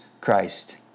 Christ